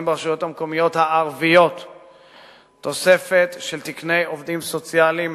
ברשויות המקומיות הערביות תוספת של תקני עובדים סוציאליים,